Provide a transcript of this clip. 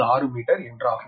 0894 metre என்றாகும்